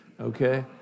Okay